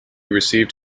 received